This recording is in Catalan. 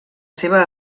seva